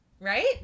Right